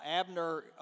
Abner